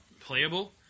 playable